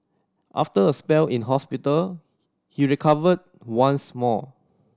after a spell in hospital he recovered once more